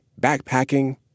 backpacking